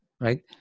right